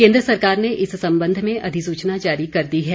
केन्द्र सरकार ने इस संबंध में अधिसूचना जारी कर दी है